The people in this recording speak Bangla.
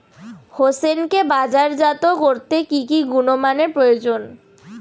হোসেনকে বাজারজাত করতে কি কি গুণমানের প্রয়োজন?